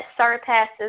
surpasses